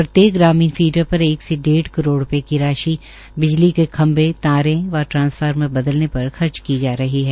प्रत्येक ग्रामीण फीडर पर एक से डेढ़ करोड़ रुपए की राशि बिजली के खंभे तारे व ट्रांसफार्मर बदलने पर खर्च किए जा रहे हैं